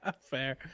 Fair